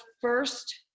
first